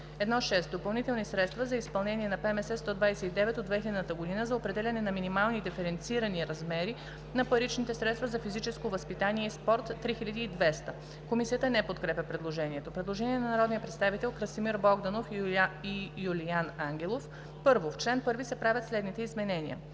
„1.6. Допълнителни средства за изпълнение на ПМС 129 от 2000 г. за определяне на минимални диференцирани размери на паричните средства за физическо възпитание и спорт 3 200,0“.“ Комисията не подкрепя предложението. Предложение на народните представители Красимир Богданов и Юлиан Ангелов: „1. В чл. 1 се правят следните изменения: